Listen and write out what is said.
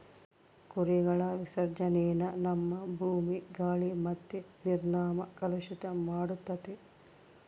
ಕುರಿಗಳ ವಿಸರ್ಜನೇನ ನಮ್ಮ ಭೂಮಿ, ಗಾಳಿ ಮತ್ತೆ ನೀರ್ನ ಕಲುಷಿತ ಮಾಡ್ತತೆ